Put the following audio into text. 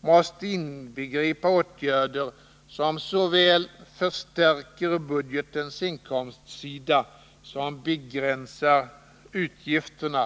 måste inbegripa åtgärder som såväl förstärker budgetens inkomstsida som begränsar utgifterna.